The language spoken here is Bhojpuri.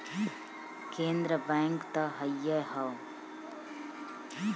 केन्द्र बैंक त हइए हौ